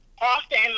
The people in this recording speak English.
often